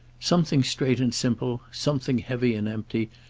something straight and simple, something heavy and empty,